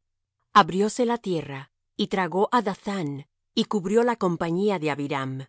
jehová abrióse la tierra y tragó á dathán y cubrió la compañía de abiram